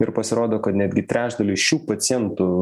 ir pasirodo kad netgi trečdalis šių pacientų